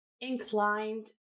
inclined